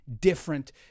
different